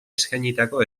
eskainitako